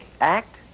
act